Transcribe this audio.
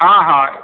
ହଁ ହଁ